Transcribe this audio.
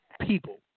people